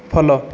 follow